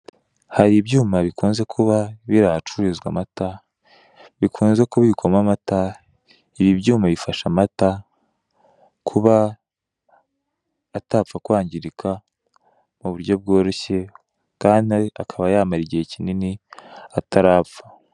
Hari ibyuma bikunze kuba biri ahacururizwa amata bikunze kubikwamo amata , ibi byuma bifasha amata kuba atapfa kwa ngirika ku buryo bworoshye, kandi akaba yamara igihe kinini atarapfa.